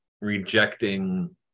rejecting